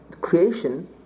creation